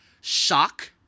Shock